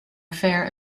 affair